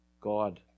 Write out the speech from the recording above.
God